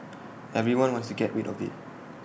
everyone wants to get rid of IT